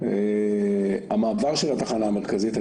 המעבר של התחנה המרכזית.